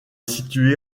situé